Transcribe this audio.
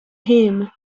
him